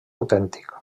autèntic